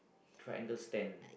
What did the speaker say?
triangle stand